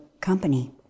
company